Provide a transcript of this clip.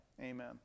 Amen